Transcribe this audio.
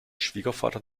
schwiegervater